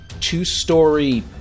two-story